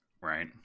right